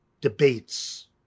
debates